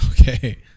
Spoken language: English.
Okay